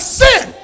sin